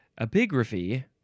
epigraphy